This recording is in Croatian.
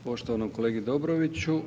Poštovanom kolegi Dobroviću.